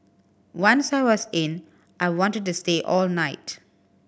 once I was in I wanted to stay all night